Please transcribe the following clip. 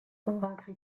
convaincre